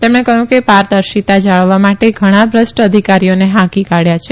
તેમણે કહયું કે પારદર્શિતા જાળવવા માટે ઘણા ભ્રષ્ટ અધિકારીઓને હાંકી કાઢયા છે